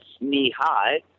knee-high